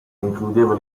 includeva